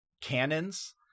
cannons